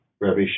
Rabbi